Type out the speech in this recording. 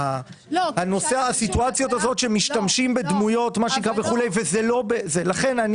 הסטואציה הזאת שמשתמשים בדמויות לכן אני